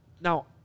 Now